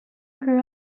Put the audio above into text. grew